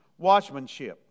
Watchmanship